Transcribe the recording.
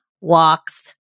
walks